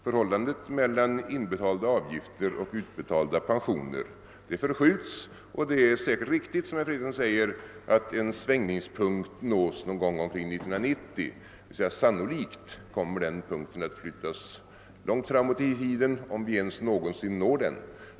Förhållandet mellan inbetalade avgifter och utbetalade pensioner förskjuts, och herr Fredriksson har kanhända rätt i att en svängningspunkt nås någon gång omkring 1990. Sannolikt kommer dock den punkten att flyttas långt framåt i tiden, om vi någonsin når den.